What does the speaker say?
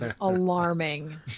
alarming